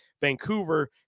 Vancouver